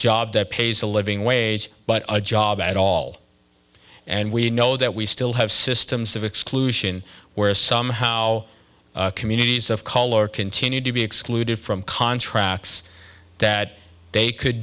job that pays a living wage but a job at all and we know that we still have systems of exclusion where somehow communities of color continue to be excluded from contracts that they could